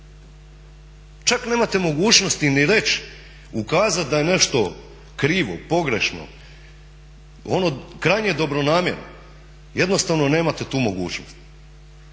Čak nemate mogućnosti ni reći, ukazati da je nešto krivo, pogrešno, ono krajnje dobronamjerno, jednostavno nemate tu mogućnost.